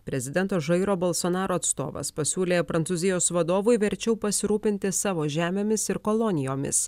prezidento žairo balsonaro atstovas pasiūlė prancūzijos vadovui verčiau pasirūpinti savo žemėmis ir kolonijomis